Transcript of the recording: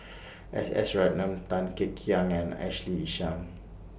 S S Ratnam Tan Kek Hiang and Ashley Isham